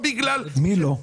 מי לא?